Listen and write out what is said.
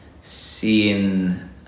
seeing